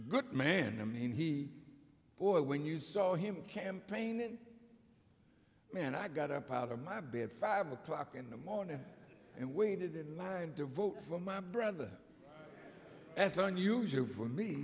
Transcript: good man and he boy when you saw him campaigning man i got up out of my bed five o'clock in the morning and waited in line to vote for my brother as unusual for me